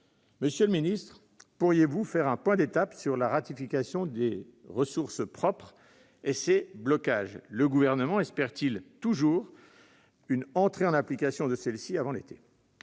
Monsieur le secrétaire d'État, pourriez-vous faire un point d'étape sur la ratification de la décision « ressources propres » et ses blocages ? Le Gouvernement espère-t-il toujours une entrée en application de celle-ci d'ici avant l'été ?